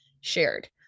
shared